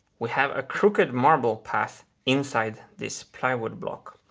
we have a crooked marble path inside this plywood block.